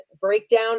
breakdown